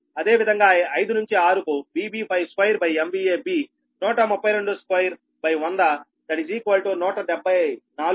అదేవిధంగా 5 నుంచి 6 కు VB52B 1322100 174